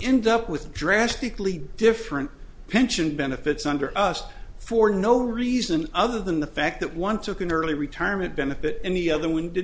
end up with drastically different pension benefits under us for no reason other than the fact that one took an early retirement benefit and the other when did